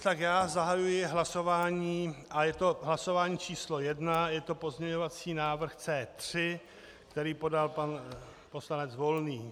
Tak já zahajuji hlasování a je to hlasování číslo jedna, je to pozměňovací návrh C3, který podal pan poslanec Volný.